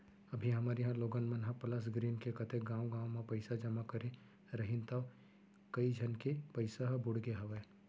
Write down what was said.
अभी हमर इहॉं लोगन मन ह प्लस ग्रीन म कतेक गॉंव गॉंव म पइसा जमा करे रहिन तौ कइ झन के पइसा ह बुड़गे हवय